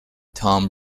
tom